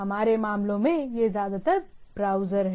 हमारे मामलों में यह ज्यादातर ब्राउज़र है